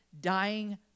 dying